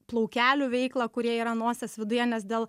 plaukelių veiklą kurie yra nosies viduje nes dėl